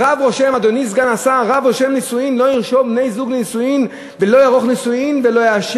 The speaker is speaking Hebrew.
רב רושם נישואין לא ירשום בני-זוג לנישואים ולא יערוך נישואין